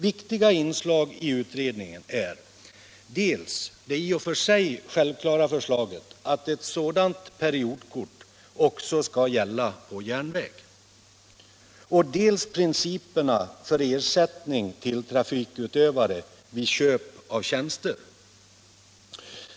Viktiga inslag i utredningen är dels det i och för sig självklara förslaget att ett sådant periodkort också skall gälla på järnväg, dels principerna för ersättning till trafikutövare vid köp av tjänster.